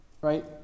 right